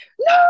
no